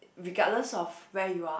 regardless of where you are